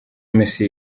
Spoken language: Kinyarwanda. messi